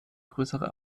größere